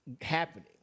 happening